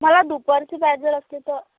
मला दुपारची बॅच जर असती तर